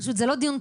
נתתי לך.